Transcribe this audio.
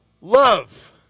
love